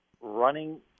running